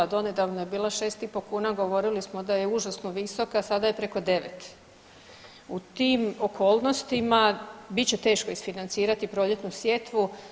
Donedavno je bila 6 i pol kuna, govorili smo da je užasno visoka, sada je preko 9. U tim okolnostima bit će teško isfinancirati proljetnu sjetvu.